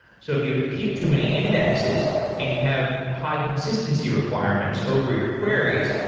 so if you keep too many indexes and you have high-consistency requirements over your queries,